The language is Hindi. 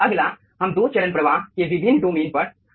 अगला हम दो चरण प्रवाह के विभिन्न डोमेन पर आते हैं